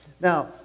Now